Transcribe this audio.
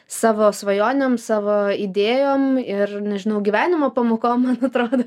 savo svajonėm savo idėjom ir nežinau gyvenimo pamokom man atrodo